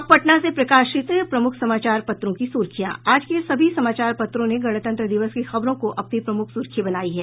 अब पटना से प्रकाशित प्रमुख समाचार पत्रों की सुर्खियां आज के सभी समाचार पत्रों ने गणतंत्र दिवस की खबरों को अपनी प्रमुख सुर्खी बनायी है